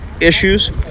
issues